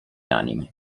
anime